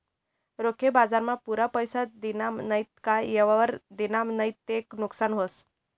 रोखे बजारमा पुरा पैसा दिना नैत का येयवर दिना नैत ते नुकसान व्हस